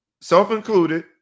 self-included